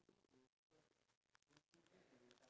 motto do I live by